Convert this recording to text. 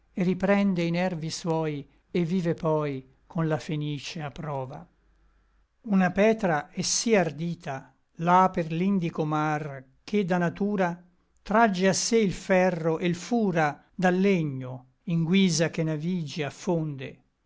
riprende i nervi suoi et vive poi con la fenice a prova una petra è sí ardita là per l'indico mar che da natura tragge a sé il ferro e l fura dal legno in guisa che navigi affonde